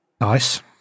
nice